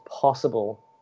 possible